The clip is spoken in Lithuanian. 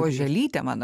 oželytė man